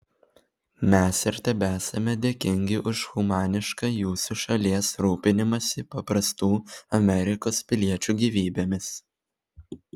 mes ir tebesame dėkingi už humanišką jūsų šalies rūpinimąsi paprastų amerikos piliečių gyvybėmis